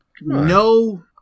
No